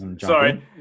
Sorry